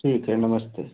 ठीक है नमस्ते